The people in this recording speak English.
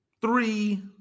three